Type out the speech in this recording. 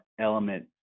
element